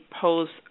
post